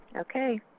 Okay